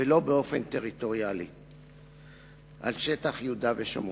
ולא באופן טריטוריאלי על שטח יהודה ושומרון.